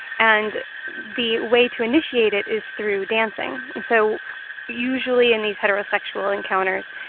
and the way to initiate it is through dancing. and so usually in these heterosexual encounters,